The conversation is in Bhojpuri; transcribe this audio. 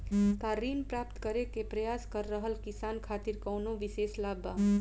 का ऋण प्राप्त करे के प्रयास कर रहल किसान खातिर कउनो विशेष लाभ बा?